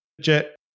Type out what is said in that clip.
Jet